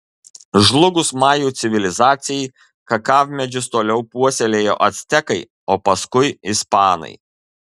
žlugus majų civilizacijai kakavmedžius toliau puoselėjo actekai o paskui ispanai